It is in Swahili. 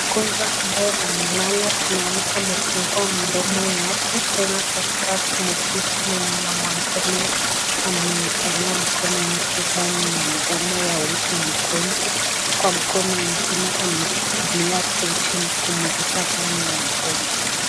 Mgonjwa ambaye amelala tunaona amefungua mdomo yake Tena daktari muuguzi mwenye anamwangalia amewekea mkono yake ndani ya mkono ya huyu mgonjwa kwa mkono ingine ameshikilia tochi na kumulika ndani ya mdomo.